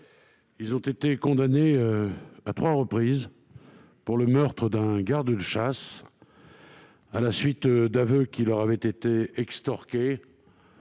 Ils ont été condamnés à trois reprises pour le meurtre d'un garde-chasse à la suite d'aveux qui leur avaient été extorqués